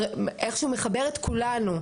איכשהו מדבר את כולנו,